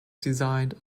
designed